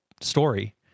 story